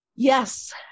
Yes